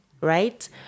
right